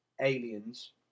Aliens